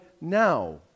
now